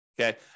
Okay